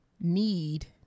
need